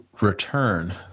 return